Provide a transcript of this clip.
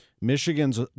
Michigan's